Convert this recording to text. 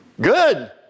Good